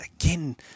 again